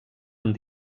amb